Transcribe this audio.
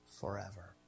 forever